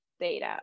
data